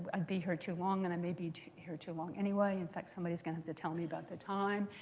i'd be here too long. and i may be here too long anyway. in fact, somebody is going to have to tell me about the time.